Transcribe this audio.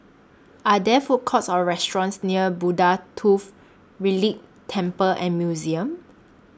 Are There Food Courts Or restaurants near Buddha Tooth Relic Temple and Museum